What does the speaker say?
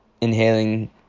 inhaling